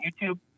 YouTube